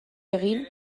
egin